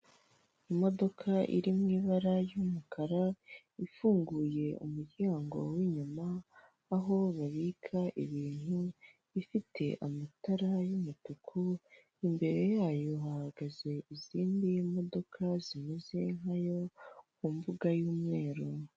Imodoka iri mu ibara ry'umukara ifunguye umuryango w'inyuma aho babika ibintu, ifite amatara y'umutuku, imbere yayo bahagaze izindi modoka zimeze nkayo ku mbuga y'umweru.